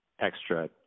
extra